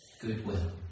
goodwill